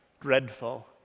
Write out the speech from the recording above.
dreadful